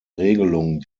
regelung